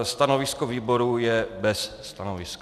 Stanovisko výboru je bez stanoviska.